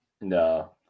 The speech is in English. No